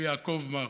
ויעקב מרגי.